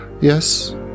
yes